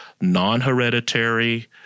non-hereditary